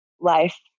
life